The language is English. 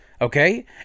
okay